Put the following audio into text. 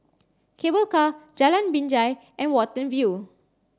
Cable Car Jalan Binjai and Watten View